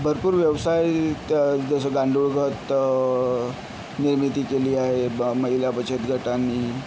भरपूर व्यवसाय त्या जसं गांडूळ खत निर्मिती केली आहे ब महिला बचतगटांनी